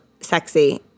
sexy